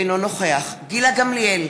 אינו נוכח גילה גמליאל,